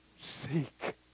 seek